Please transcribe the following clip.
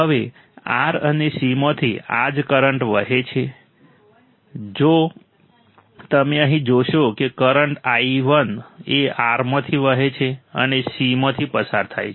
હવે R અને C માંથી આ જ કરંટ વહે છે જો તમે અહીં જોશો કે કરંટ i1 એ R માંથી વહે છે અને C માંથી પસાર થાય છે